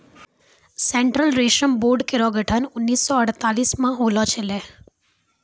central रेशम board केरो गठन उन्नीस सौ अड़तालीस म होलो छलै